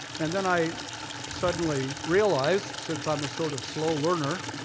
and then i suddenly realized, since i'm a sort of slow learner,